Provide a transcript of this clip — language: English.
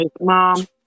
Mom